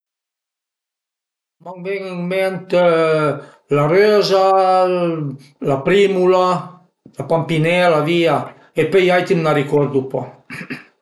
An ven ën ment la röza, la primula, la pampinela via, e pöi i àiti m'na ricordu pa